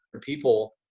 people